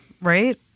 right